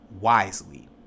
wisely